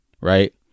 right